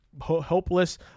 hopeless